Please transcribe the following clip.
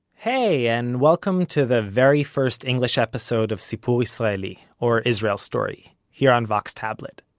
hey, and welcome to the very first english episode of sipur israeli, or israel story, here on vox tablet.